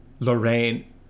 Lorraine